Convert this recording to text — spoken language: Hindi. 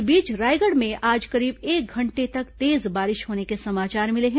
इस बीच रायगढ़ में आज करीब एक घंटे तक तेज बारिश होने के समाचार मिले हैं